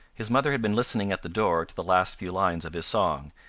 his mother had been listening at the door to the last few lines of his song,